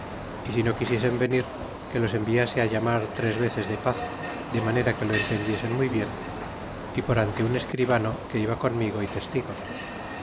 y si no quisiesen venir que los enviase llamar tres veces de paz de manera que lo entendiesen muy bien é por ante un escribano que iba conmigo é testigos